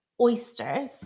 oysters